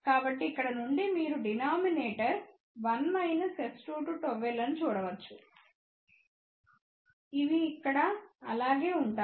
కాబట్టి ఇక్కడ నుండి మీరు డినామినేటర్ 1 S22ΓL అని చూడవచ్చు ఇవి ఇక్కడ అలాగే ఉంటాయి